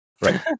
Right